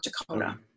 Dakota